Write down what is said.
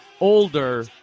older